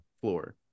floor